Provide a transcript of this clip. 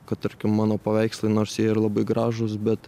kad tarkim mano paveikslai nors jie ir labai gražūs bet